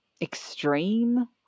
extreme